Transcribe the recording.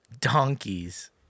Donkeys